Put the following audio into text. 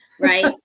right